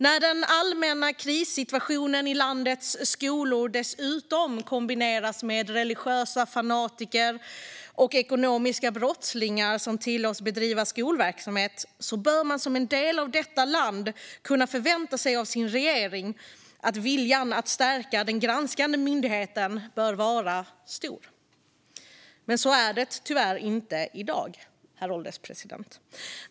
När den allmänna krissituationen i landets skolor dessutom kombineras med religiösa fanatiker och ekonomiska brottslingar som tillåts bedriva skolverksamhet bör man som en del av detta land kunna förvänta sig av sin regering att viljan att stärka den granskande myndigheten är stor. Så är det tyvärr inte i dag, herr ålderspresident.